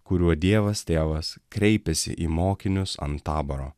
kuriuo dievas tėvas kreipėsi į mokinius ant taboro